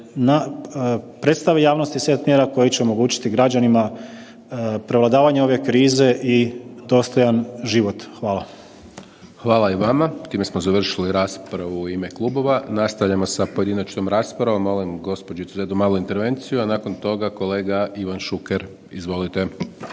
predstave javnosti set mjera koje će omogućiti građanima prevladavanje ove krize i dostojan život. Hvala. **Hajdaš Dončić, Siniša (SDP)** Hvala i vama. S tim smo završili raspravu u ime klubova. Nastavljamo s pojedinačnom raspravom. Molim gospođicu za jednu malu intervenciju, a nakon toga kolega Ivan Šuker, izvolite.